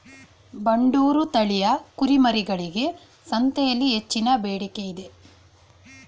ಬಂಡೂರು ತಳಿಯ ಕುರಿಮರಿಗಳಿಗೆ ಸಂತೆಯಲ್ಲಿ ಹೆಚ್ಚಿನ ಬೇಡಿಕೆ ಇದೆ